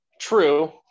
true